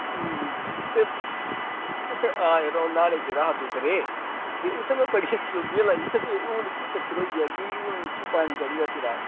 ते तुस हां जरो अ'ऊं न्हाने गेदा हा दुद्धरे ई ते उत्थै में बड़ियां चलोभियां लाइयां ते हून केह् चक्कर होई जा की हून मिगी पानी चढ़ी दा सिरै र